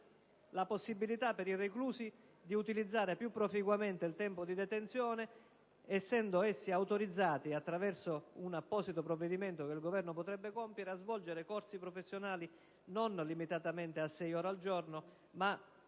la possibilità per i reclusi di utilizzare più proficuamente il tempo di detenzione venendo essi autorizzati, attraverso un apposito provvedimento che il Governo potrebbe adottare, a svolgere corsi professionale non limitatamente a sei ore al giorno, ma estendendo